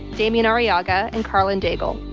damien arriaga and karlyn daigle.